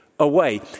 Away